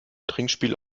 trinkspiel